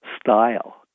style